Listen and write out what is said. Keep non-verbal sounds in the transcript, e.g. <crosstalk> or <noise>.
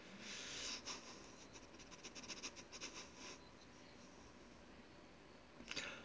<laughs>